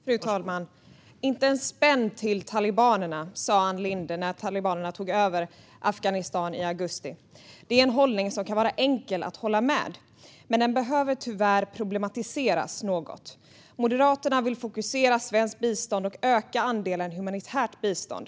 Fru talman! "Inte en spänn ska gå till talibanerna!" sa Ann Linde när talibanerna tog över Afghanistan i augusti. Det är en hållning som kan vara enkel att hålla med om, men den behöver tyvärr problematiseras något. Moderaterna vill fokusera svenskt bistånd och öka andelen humanitärt bistånd.